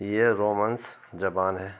یہ رومنس زبان ہے